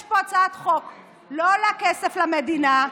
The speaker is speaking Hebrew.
יש פה הצעת חוק שלא עולה כסף למדינה.